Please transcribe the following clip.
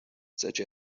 such